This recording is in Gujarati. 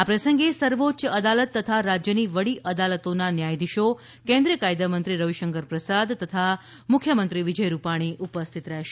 આ પ્રસંગે સર્વોચ્ય અદાલત તથા રાજ્યની વડી અદાલતોનાં ન્યાયધીશો કેન્દ્રીય કાયદામંત્રી રવિશંકર પ્રસાદ તથા મુખ્યમંત્રી વિજય રૂપાણી ઉપસ્થિત રહેશે